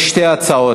יש שתי הצעות,